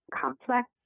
complex